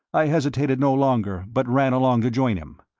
i hesitated no longer, but ran along to join him.